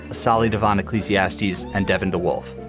ah sally darvon ecclesiastic and devin de wolfe,